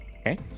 Okay